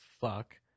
fuck